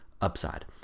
upside